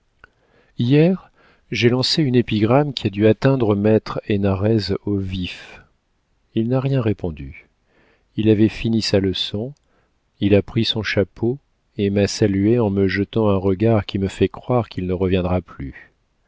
hier j'ai lancé une épigramme qui a dû atteindre maître hénarez au vif il n'a rien répondu il avait fini sa leçon il a pris son chapeau et m'a saluée en me jetant un regard qui me fait croire qu'il ne reviendra plus